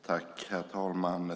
Herr talman!